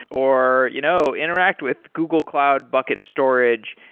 or you know interact with google cloud bucket storage?